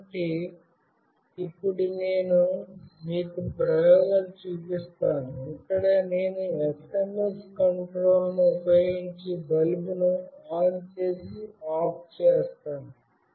కాబట్టి ఇప్పుడు నేను మీకు ప్రయోగాలు చూపిస్తాను ఇక్కడ నేను SMS కంట్రోల్ ను ఉపయోగించి బల్బును ఆన్ చేసి ఆఫ్ చేస్తాను